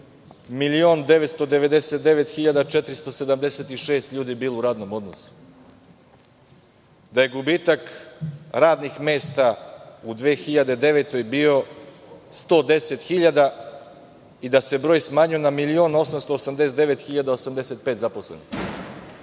1.999.476 ljudi bilo u radnom odnosu, da je gubitak radnih mesta u 2009. godini bio 110 hiljada i da se broj smanjio na 1.889.085 zaposlenih.